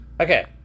Okay